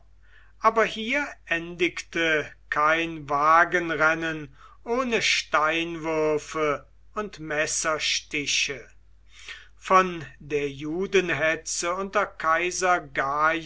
aber hier endigte kein wagenrennen ohne steinwürfe und messerstiche von der judenhetze unter kaiser